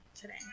today